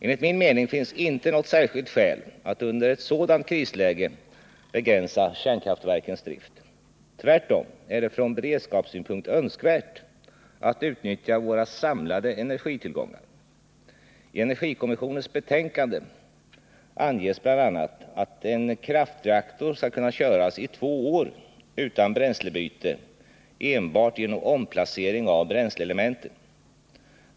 Enligt min mening finns det inte något särskilt skäl att under ett sådant krisläge begränsa kärnkraftverkens drift. Tvärtom är det från beredskapssynpunkt önskvärt att utnyttja våra samlade energitillgångar. I energikommissionens betänkande anges bl.a. att en kraftreaktor skall kunna köras i två år utan bränslebyte enbart genom omplacering av bränsleelementen.